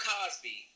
Cosby